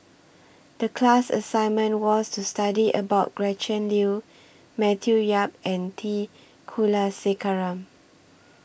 The class assignment was to study about Gretchen Liu Matthew Yap and T Kulasekaram